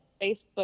Facebook